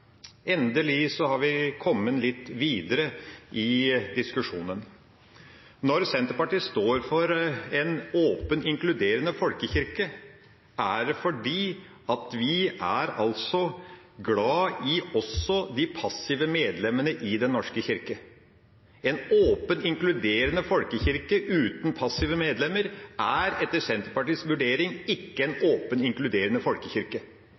Endelig har vi kommet litt videre i diskusjonen. Når Senterpartiet står for en åpen, inkluderende folkekirke, er det fordi vi er glad i også de passive medlemmene i Den norske kirke. En åpen, inkluderende folkekirke uten passive medlemmer er etter Senterpartiets vurdering ikke en åpen, inkluderende folkekirke.